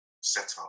setup